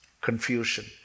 Confusion